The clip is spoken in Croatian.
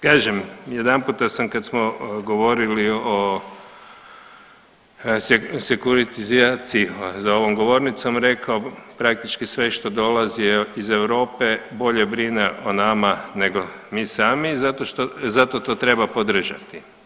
Kažem jedanputa sam kad smo govorili o sekuritizaciji za ovom govornicom rekao praktički sve što dolazi iz Europe bolje brine o nama nego mi sami zato što, zato to treba podržati.